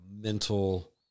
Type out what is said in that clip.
mental